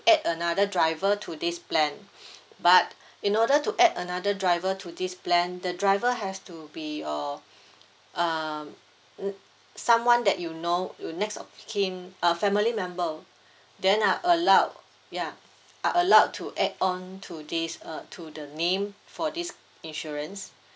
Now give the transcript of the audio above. add another driver to this plan but in order to add another driver to this plan the driver has to be uh um someone that you know you next of kin uh family member then are allowed ya are allowed to add on to this uh to the name for this insurance